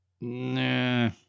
Nah